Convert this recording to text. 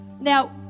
Now